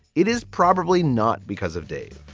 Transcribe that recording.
it is probably not because of dave.